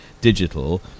digital